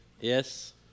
Yes